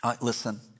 Listen